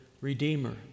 redeemer